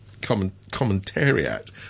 commentariat